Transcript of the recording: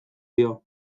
dio